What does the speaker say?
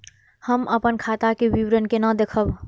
हम अपन खाता के विवरण केना देखब?